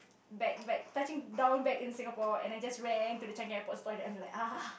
back back touching down back into Singapore and I just went to Changi Airport store and I'm like ah